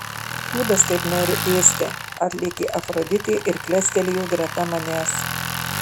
šūdas kaip noriu ėsti atlėkė afroditė ir klestelėjo greta manęs